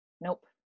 Nope